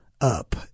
up